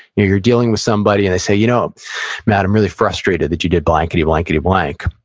you're you're dealing with somebody, and they say, you know matt, i'm really frustrated that you did blankety-blankety-blank.